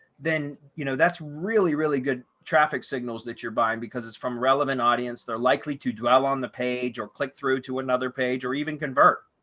then you know, that's really really good traffic signals that you're buying because it's from relevant audience, they're likely to dwell on the page or click through to another page or even convert.